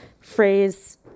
phrase